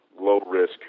low-risk